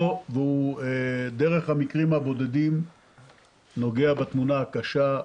דרך המקרים הבודדים נוגע בתמונה הקשה,